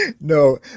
No